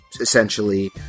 essentially